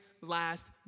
last